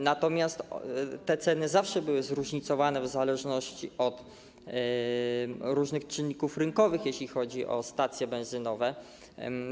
Natomiast ceny zawsze były zróżnicowane w zależności od różnych czynników rynkowych, jeśli chodzi o stacje benzynowe.